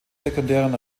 sekundären